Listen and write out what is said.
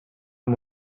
amb